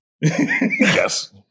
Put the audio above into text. Yes